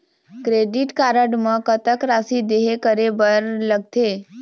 Credit card म कतक राशि देहे करे बर लगथे?